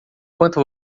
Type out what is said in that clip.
quanto